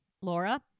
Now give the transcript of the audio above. Laura